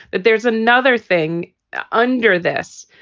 but there's another thing under this.